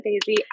Daisy